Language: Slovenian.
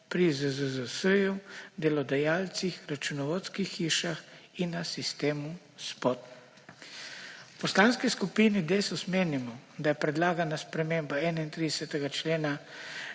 pri ZZZS, delodajalcih, računovodskih hišah in na sistemu Spot. V Poslanski skupini Desus menimo, da je predlagana sprememba 31. člena